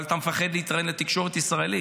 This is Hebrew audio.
אבל אתה מפחד להתראיין לתקשורת הישראלית.